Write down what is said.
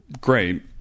great